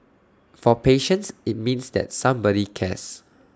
for patients IT means that somebody cares